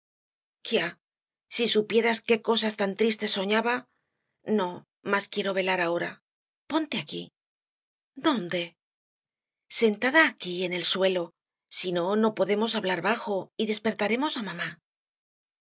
si supieras qué cosas tan tristes soñaba no más quiero velar ahora ponte aquí dónde sentada aquí en el suelo si no no podemos hablar bajo y despertaremos á mamá